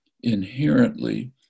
inherently